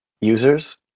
users